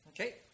Okay